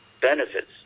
benefits